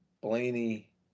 Blaney